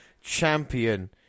champion